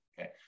okay